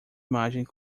imagens